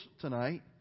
tonight